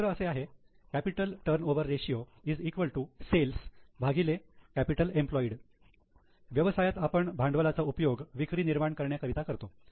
cells capital turnover ratio capital employed व्यवसायात आपण भांडवलाचा उपयोग विक्री निर्माण करण्याकरिता करतो